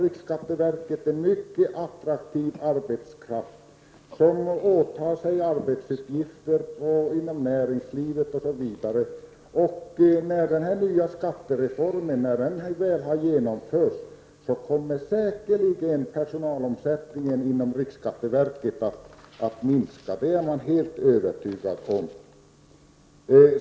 Riksskatteverket har en mycket attraktiv arbetskraft, som åtar sig arbetsuppgifter inom näringslivet. När skattereformen har genomförts, kommer säkerligen personalomsättningen inom riksskatteverket att minska. Det är man övertygad om.